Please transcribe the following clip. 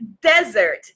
Desert